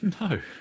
no